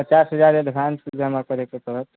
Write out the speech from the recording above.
पचास हजार एडवांस जमा करयके पड़त